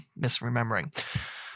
misremembering